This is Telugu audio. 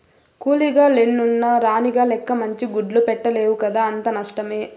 కూలీగ లెన్నున్న రాణిగ లెక్క మంచి గుడ్లు పెట్టలేవు కదా అంతా నష్టమే